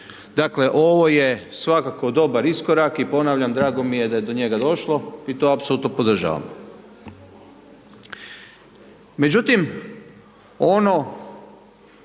Dakle, ovo je svakako dobar iskorak i ponavljam, drago mi je da je do njega došlo i to apsolutno podržavam.